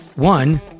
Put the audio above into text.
One